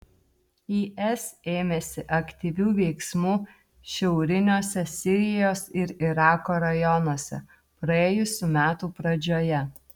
is ėmėsi aktyvių veiksmų šiauriniuose sirijos ir irako rajonuose praėjusių metų pradžioje